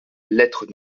lettres